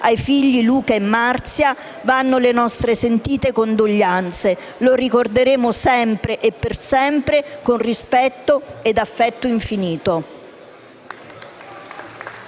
ai figli Luca e Marzia vanno le nostre sentite condoglianze. Lo ricorderemo sempre e per sempre con rispetto ed affetto infinito.